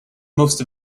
most